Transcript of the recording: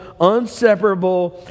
unseparable